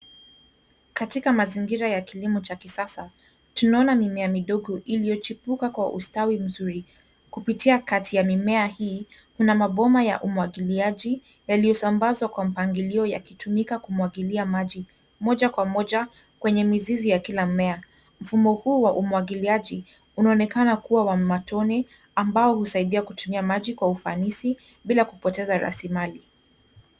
Katika mazingira ya kilimo cha kisasa. Tunaona miami midogo iliyochipuka kwa ustawi mzuri. Kupitia kati ya mimea hii kuna maboma ya umwagiliaji yaliyosambazwa kwa mpangilio ya kutumika kumwagilia maji moja kwa moja kwenye mizizi ya kila mmea. Mfumo huu wa umwagiliaji unaonekana kuwa wa matoni ambao husaidia kutumia maji kwa ufanisi bila kupoteza rasilimali.